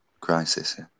crisis